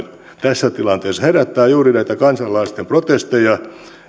tässä tilanteessa herättää juuri näitä kansalaisten protesteja eli